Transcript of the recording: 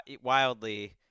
wildly